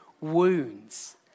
wounds